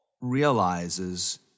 realizes